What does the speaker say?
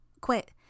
Quit